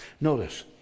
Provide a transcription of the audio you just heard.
Notice